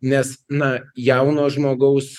nes na jauno žmogaus